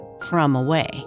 from-away